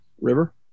River